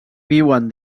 viuen